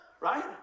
right